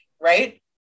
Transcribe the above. right